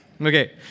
Okay